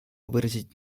выразить